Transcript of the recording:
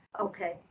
Okay